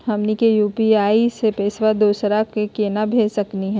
हमनी के यू.पी.आई स पैसवा दोसरा क केना भेज सकली हे?